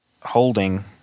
holding